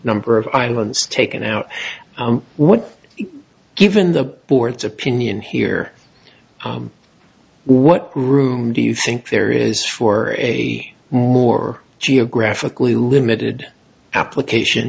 number of islands taken out what if given the board's opinion here what room do you think there is for a more geographically limited application